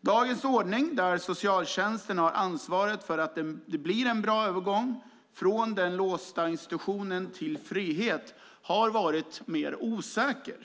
Dagens ordning, att socialtjänsten har ansvaret för att det blir en bra övergång från den låsta institutionen till frihet, har varit mer osäker.